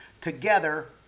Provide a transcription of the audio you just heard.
together